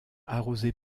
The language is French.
arrosée